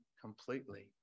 completely